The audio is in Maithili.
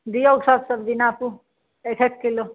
दियौ सब सब्जी नापू एक एक किलो